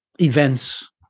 events